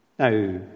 Now